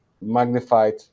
magnified